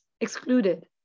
excluded